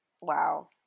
Wow